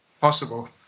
possible